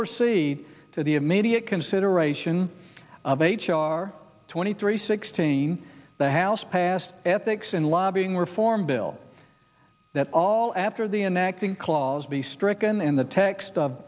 proceed to the immediate consideration of h r twenty three sixteen the house passed ethics and lobbying reform bill that all after the enacting clause be stricken in the text